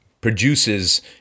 produces